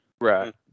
Right